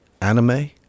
anime